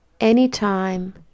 anytime